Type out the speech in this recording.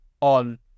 on